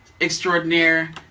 extraordinaire